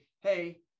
hey